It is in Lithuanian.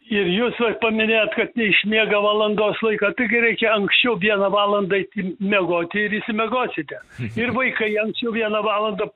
ir jūs vat paminėjot kad neišmiega valandos laiko taigi reikia anksčiau viena valanda eiti miegoti ir išsimiegosite ir vaikai anksčiau viena valanda